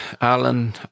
Alan